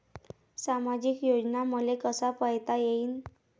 सामाजिक योजना मले कसा पायता येईन?